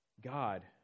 God